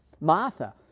Martha